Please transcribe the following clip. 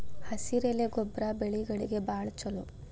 ಹಸಿರೆಲೆ ಗೊಬ್ಬರ ಬೆಳೆಗಳಿಗೆ ಬಾಳ ಚಲೋ